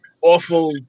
awful